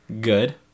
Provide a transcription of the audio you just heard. good